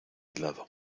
lado